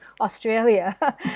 australia